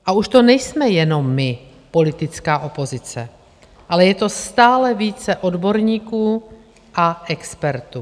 A už to nejsme jenom my, politická opozice, ale je to stále více odborníků a expertů.